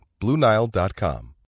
BlueNile.com